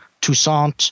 Toussaint